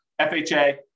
FHA